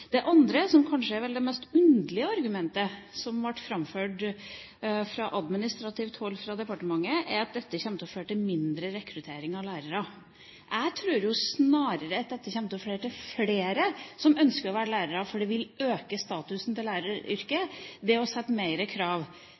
Det andre, som kanskje er det mest underlige argumentet, som ble framført fra administrativt hold i departementet, er at dette kommer til å føre til mindre rekruttering av lærere. Jeg tror snarere at det å sette større krav og å øke statusen til læreryrket, til å være den type kunnskapsformidler i samfunnet, faktisk kommer til